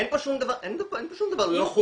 לא, אין פה שום דבר לא חוקי.